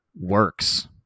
works